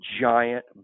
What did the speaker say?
giant